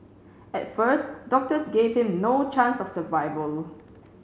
at first doctors gave him no chance of survival